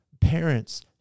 Parents